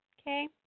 Okay